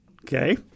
Okay